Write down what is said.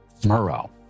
Murrow